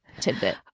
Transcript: tidbit